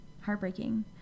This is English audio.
heartbreaking